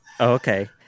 Okay